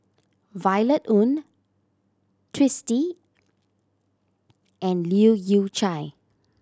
Violet Oon Twisstii and Leu Yew Chye